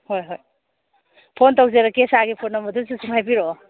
ꯍꯣꯏ ꯍꯣꯏ ꯐꯣꯟ ꯇꯧꯖꯔꯛꯀꯦ ꯁꯥꯔꯒꯤ ꯐꯣꯟ ꯅꯝꯕꯔꯗꯨꯁꯨ ꯁꯨꯝ ꯍꯥꯏꯕꯤꯔꯛꯑꯣ